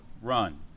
run